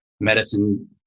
medicine